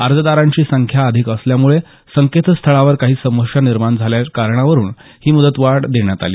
अर्जदारांची संख्या अधिक असल्यामुळे संकेतस्थळावर काही समस्या निर्माण झाल्याच्या कारणावरून ही मुदतवाढ देण्यात आली